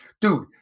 Dude